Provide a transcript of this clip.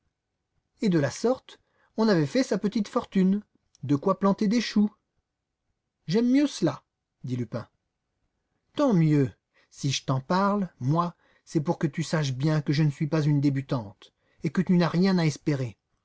et de la sorte on avait fait sa petite fortune de quoi planter des choux j'aime mieux cela dit lupin tant mieux si je t'en parle moi c'est pour que tu saches bien que je ne suis pas une débutante et que tu n'as rien à espérer